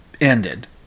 ended